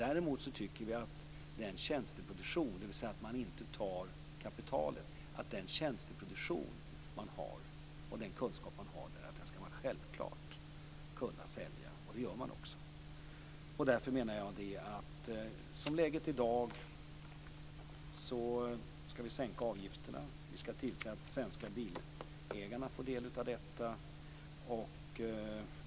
Däremot tycker vi att man självklart skall kunna sälja den tjänsteproduktion - dvs. man tar inte kapitalet - och den kunskap man har, och det gör man också. Därför menar jag att som läget är i dag skall vi sänka avgifterna och se till att de svenska bilägarna får del av detta.